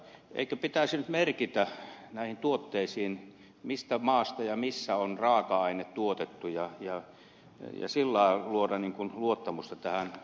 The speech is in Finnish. eikö pitäisi nyt merkitä näihin tuotteisiin mistä maasta ne ovat ja missä on raaka aine tuotettu ja sillä lailla luoda luottamusta tähän kuluttamiseen